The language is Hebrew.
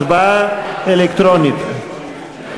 הצבעה אלקטרונית.